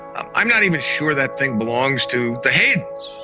i'm i'm not even sure that thing belongs to the haydens.